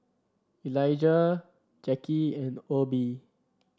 Elizah Jacky and Obe